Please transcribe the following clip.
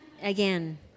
Again